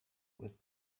with